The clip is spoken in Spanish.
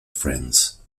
friends